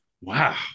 Wow